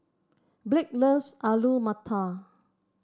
Blake loves Alu Matar